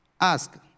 Ask